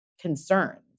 concerns